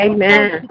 Amen